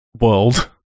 world